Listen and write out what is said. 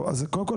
לקלוט עובד מבחוץ?